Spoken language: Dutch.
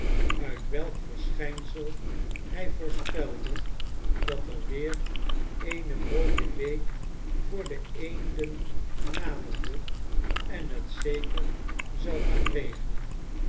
uit welk verschijnsel hij voorspelde dat er weer eene mooie week voor de eenden naderde en het zeker zou gaan regenen